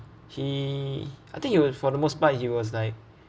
he I think he would for the most part he was like